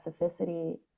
specificity